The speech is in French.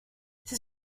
c’est